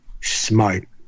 smart